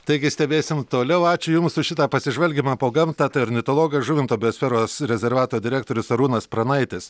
taigi stebėsim toliau ačiū jums už šitą pasižvalgymą po gamtą tai ornitologas žuvinto biosferos rezervato direktorius arūnas pranaitis